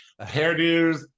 hairdos